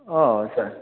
अ